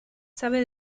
sabe